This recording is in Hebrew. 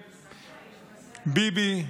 ביבי,